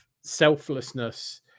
selflessness